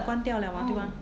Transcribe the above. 关掉 liao mah 对 mah